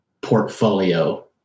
portfolio